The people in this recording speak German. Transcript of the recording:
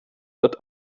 wird